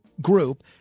group